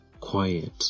quiet